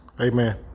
amen